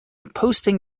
posting